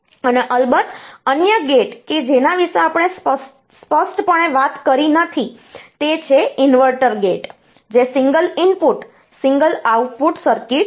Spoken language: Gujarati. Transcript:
અને અલબત્ત અન્ય ગેટ કે જેના વિશે આપણે સ્પષ્ટપણે વાત કરી નથી તે છે ઇન્વર્ટર ગેટ જે single input single output circuit છે